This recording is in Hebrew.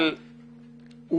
אבל הוא